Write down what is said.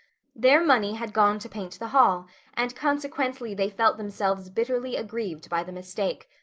their money had gone to paint the hall and consequently they felt themselves bitterly aggrieved by the mistake.